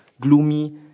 gloomy